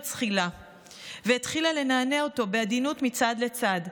זחילה והתחילה לנענע אותו בעדינות מצד לצד.